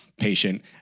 patient